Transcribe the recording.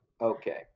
Okay